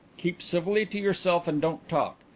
keep civilly to yourself and don't talk.